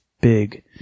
big